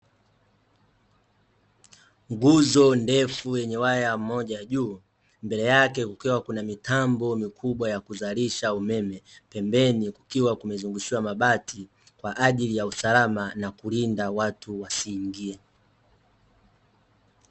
Nguzo ndefu yenye waya mmoja juu, mbele yake kukiwa kuna mitambo mikubwa ya kuzalisha umeme, pembeni kukiwa kumezungushiwa mabati kwaajili ya usalama na kulinda watu wasiingie.